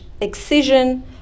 excision